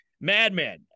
Madman